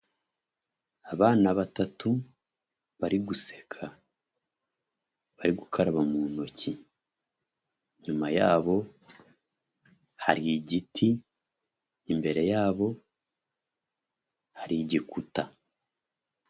Abana batatu bari guseka bari gukaraba mu ntoki, nyuma yabo hari igiti, imbere yabo hari Igikuta.